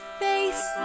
face